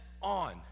on